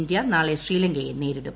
India നാളെ ശ്രീലങ്കയെ നേരിടും